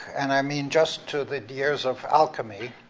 and i mean just to the years of alchemy.